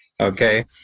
Okay